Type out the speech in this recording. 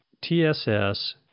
TSS